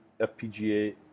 FPGA